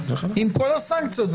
עם כל הסנקציות.